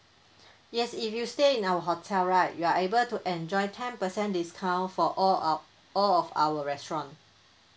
yes if you stay in our hotel right you are able to enjoy ten percent discount for all our all of our restaurant